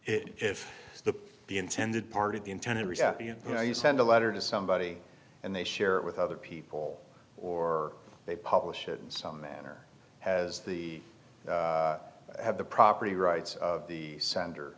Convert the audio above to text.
the intended recipient you know you send a letter to somebody and they share it with other people or they publish it in some manner has the have the property rights of the sender